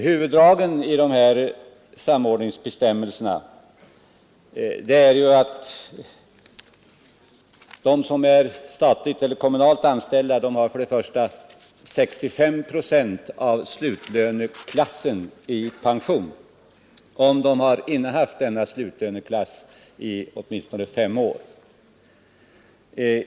Huvuddragen i samordningsbestämmelserna är att de som är statligt eller kommunalt anställda får 65 procent av slutlöneklassen i pension, om de har innehaft denna slutlöneklass i åtminstone fem år.